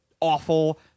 awful